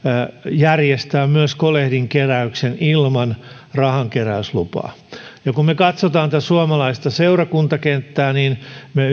järjestää myös kolehdinkeräyksen ilman rahankeräyslupaa kun me katsomme suomalaista seurakuntakenttää me